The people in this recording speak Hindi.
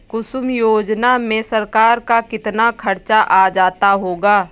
कुसुम योजना में सरकार का कितना खर्चा आ जाता होगा